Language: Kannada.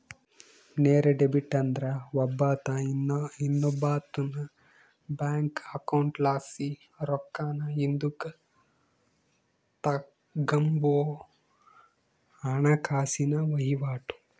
ನೇರ ಡೆಬಿಟ್ ಅಂದ್ರ ಒಬ್ಬಾತ ಇನ್ನೊಬ್ಬಾತುನ್ ಬ್ಯಾಂಕ್ ಅಕೌಂಟ್ಲಾಸಿ ರೊಕ್ಕಾನ ಹಿಂದುಕ್ ತಗಂಬೋ ಹಣಕಾಸಿನ ವಹಿವಾಟು